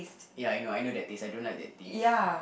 ya I know I know that taste I don't like that taste